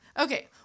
Okay